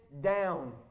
down